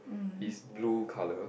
is blue colour